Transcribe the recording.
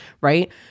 right